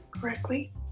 correctly